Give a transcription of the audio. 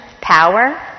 power